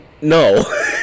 No